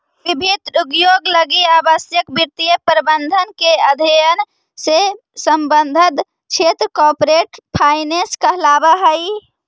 विभिन्न उद्योग लगी आवश्यक वित्तीय प्रबंधन के अध्ययन से संबद्ध क्षेत्र कॉरपोरेट फाइनेंस कहलावऽ हइ